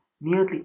nearly